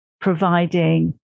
providing